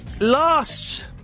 Last